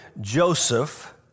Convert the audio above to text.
Joseph